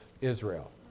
Israel